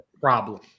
problem